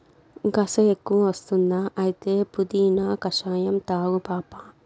గస ఎక్కువ వస్తుందా అయితే పుదీనా కషాయం తాగు పాపా